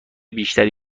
بیشتری